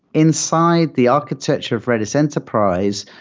inside the architecture of redis enterprise,